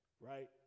right